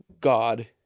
god